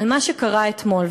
על מה שקרה אתמול.